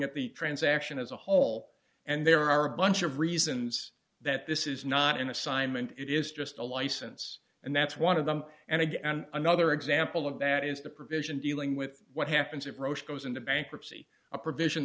at the transaction as a whole and there are a bunch of reasons that this is not an assignment it is just a license and that's one of them and again another example of that is the provision dealing with what happens if roche goes into bankruptcy a provision